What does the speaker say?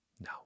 No